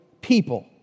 people